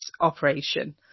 operation